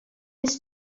his